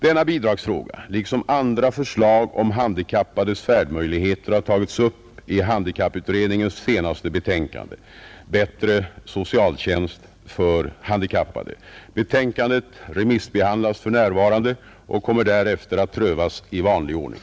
Denna bidragsfråga liksom andra förslag om handikappades färdmöjligheter har tagits upp i handikapputredningens senaste betänkande Bättre socialtjänst för handikappade. Betänkandet remissbehandlas för närvarande och kommer därefter att prövas i vanlig ordning.